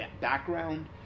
background